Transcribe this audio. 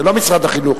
זה לא משרד החינוך.